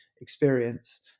experience